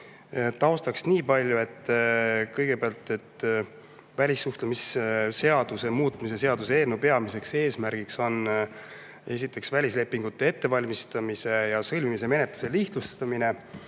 Taustaks niipalju, et välissuhtlemisseaduse muutmise seaduse eelnõu peamine eesmärk on esiteks välislepingute ettevalmistamise ja sõlmimise menetluse lihtsustamine